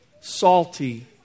salty